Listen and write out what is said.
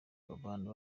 babana